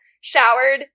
showered